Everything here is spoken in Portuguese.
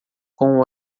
com